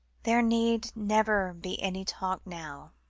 there need never be any talk now.